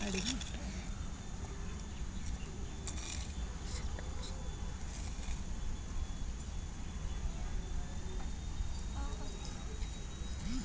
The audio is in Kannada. ಸಾಲ್ವೆಂಟ್ ಎಕ್ಸುಟ್ರಾ ಕ್ಷನ್ ಪ್ಲಾಂಟ್ನಿಂದ ಮಾಡಿದ್ ಎಣ್ಣೆನ ಅಡುಗೆ ಎಣ್ಣೆಯಾಗಿ ಉಪಯೋಗ್ಸಕೆ ಆಗಲ್ಲ